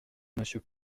monsieur